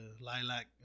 lilac